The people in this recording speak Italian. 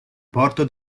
porto